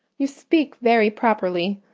you speak very properly.